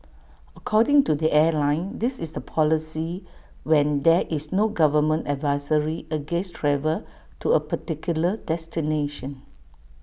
according to the airline this is the policy when there is no government advisory against travel to A particular destination